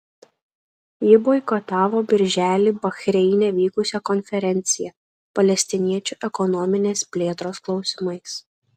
ji boikotavo birželį bahreine vykusią konferenciją palestiniečių ekonominės plėtros klausimais